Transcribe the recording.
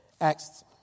Acts